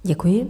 Děkuji.